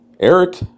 Eric